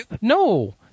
No